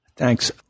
Thanks